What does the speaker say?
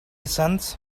cents